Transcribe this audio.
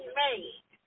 made